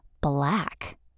black